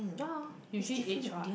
ya usually age [what]